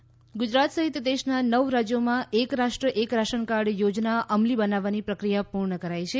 ration card Gujarat સહિત દેશના નવ રાજ્યોમાં એક રાષ્ટ્ર એક રાશન કાર્ડ યોજના અમલી બનાવવાની પ્રક્રિયા પૂર્ણ કરાઈ છે